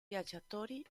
viaggiatori